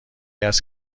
است